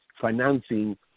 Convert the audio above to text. financing